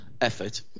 effort